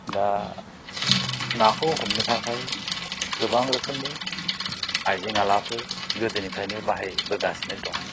दा नाखौ हमनो थाखाय गोबां रोखोमनि आयजें आयलाफोर गोदोनिफ्रायनो बाहायबोगासिनो दं